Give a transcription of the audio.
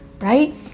right